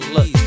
Look